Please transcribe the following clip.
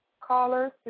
Caller